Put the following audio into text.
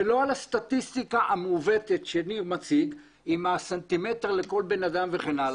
ולא על הסטטיסטיקה המעוותת שניר מציג עם הסנטימטר לכל בן אדם וכן הלאה.